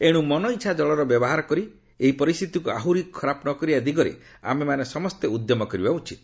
ଏଣୁ ମନଇଚ୍ଛା ଜଳର ବ୍ୟବହାର କରି ଏହି ପରିସ୍ଥିତିକୁ ଆହୁରି ଖରାପ ନ କରିବା ଦିଗରେ ଆମେମାନେ ସମସ୍ତେ ଉଦ୍ୟମ କରିବା ଉଚିତ